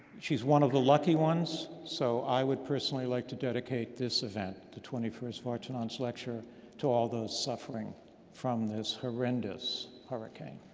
she's one of the lucky ones. so, i would personally like to dedicate this event, the twenty first vardanants lecture to all those suffering from this horrendous hurricane.